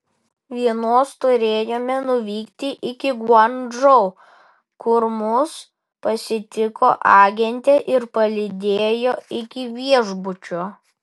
vienos turėjome nuvykti iki guangdžou kur mus pasitiko agentė ir palydėjo iki viešbučio